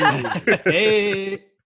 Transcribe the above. Hey